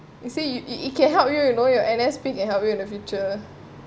you say you it it can help you you know your N_S pit~ and help you in the future